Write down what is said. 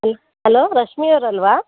hello hello ರಶ್ಮಿಯವರಲ್ವಾ